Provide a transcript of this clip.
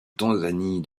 tanzanie